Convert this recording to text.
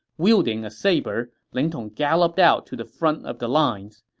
wielding a saber, ling tong galloped out to the front of the lines.